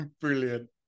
Brilliant